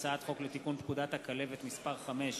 הצעת חוק לתיקון פקודת הכלבת (מס' 5),